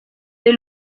dei